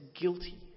guilty